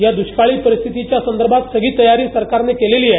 या दुष्काळी परिस्थितीच्या संदर्भात सगळी तयारी सरकारनं केलेली आहे